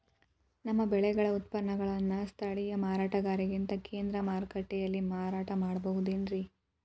ನಮ್ಮ ಬೆಳೆಗಳ ಉತ್ಪನ್ನಗಳನ್ನ ಸ್ಥಳೇಯ ಮಾರಾಟಗಾರರಿಗಿಂತ ಕೇಂದ್ರ ಮಾರುಕಟ್ಟೆಯಲ್ಲಿ ಮಾರಾಟ ಮಾಡಬಹುದೇನ್ರಿ?